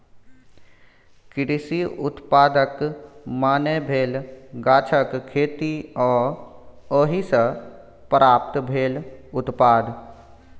कृषि उत्पादक माने भेल गाछक खेती आ ओहि सँ प्राप्त भेल उत्पाद